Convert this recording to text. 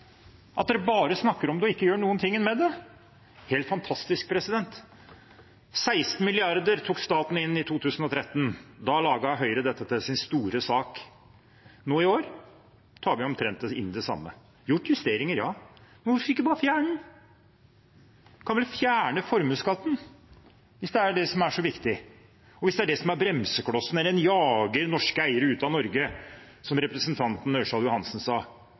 at de bare snakker om det og ikke gjør noe med det? Det er helt fantastisk. 16 mrd. kr tok staten inn i 2013. Da laget Høyre dette til sin store sak. Nå i år tar vi inn omtrent det samme. Det er gjort justeringer, ja, men hvorfor ikke bare fjerne den? De kan vel fjerne formuesskatten hvis det er det som er så viktig, hvis det er det som er bremseklossen, som jager norske eiere ut av Norge, som representanten Ørsal Johansen sa?